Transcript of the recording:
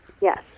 yes